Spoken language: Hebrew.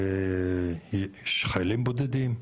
חיילים בודדים,